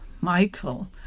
Michael